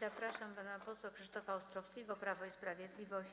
Zapraszam pana posła Krzysztofa Ostrowskiego, Prawo i Sprawiedliwość,